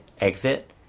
exit